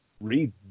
read